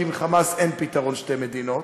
כי עם "חמאס" אין פתרון שתי מדינות,